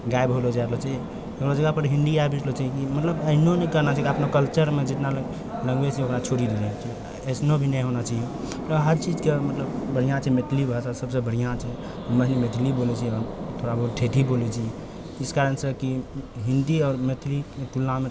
गायब होलो जा रहल छै ओकरा जगहपर हिन्दी आबि गेलो छै मतलब एहनो नहि करना चाही कल्चरमे जितना भी लैंग्वेज छै ओकरा छोड़ि देने छै एसनो भी नहि होना चाही ओकरा हर चीजके मतलब बढ़िआँ छै मैथिली भाषा सबसँ बढ़िआँ छै मैथिली बोलै छियै हम थोड़ा बहुत ठेठी बोलै छियै इस कारणसँ की हिन्दी आओर मैथिलीके तुलनामे